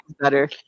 better